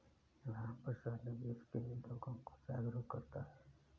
रामप्रसाद निवेश के लिए लोगों को जागरूक करता है